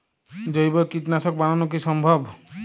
জৈব কীটনাশক বানানো কি সম্ভব?